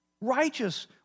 righteous